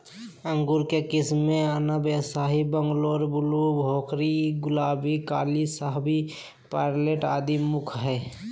अंगूर के किस्म मे अनब ए शाही, बंगलोर ब्लू, भोकरी, गुलाबी, काली शाहवी, परलेटी आदि मुख्य हई